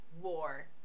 War